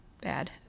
bad